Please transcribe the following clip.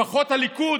לפחות הליכוד